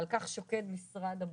ועל כך שוקד משרד הבריאות.